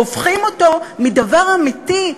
והופכים אותו מדבר אמיתי,